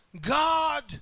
God